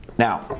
now,